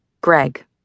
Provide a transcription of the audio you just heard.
Greg